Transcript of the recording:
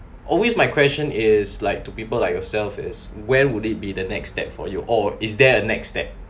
always my question is like to people like yourself is when would it be the next step for you or is there a next step